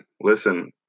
listen